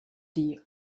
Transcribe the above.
die